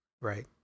right